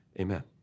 Amen